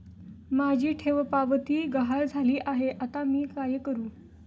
माझी ठेवपावती गहाळ झाली आहे, आता मी काय करु?